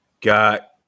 got